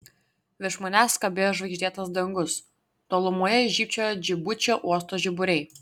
virš manęs kabėjo žvaigždėtas dangus tolumoje žybčiojo džibučio uosto žiburiai